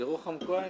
ירוחם כהן,